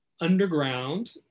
underground